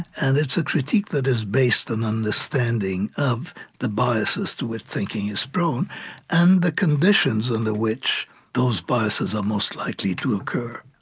and it's a critique that is based on understanding of the biases to which thinking is prone and the conditions and under which those biases are most likely to occur.